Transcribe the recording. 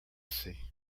see